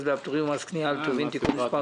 והפטורים ומס קנייה על טובין (תיקון מס'